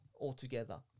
altogether